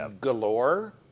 Galore